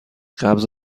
قبض